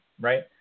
right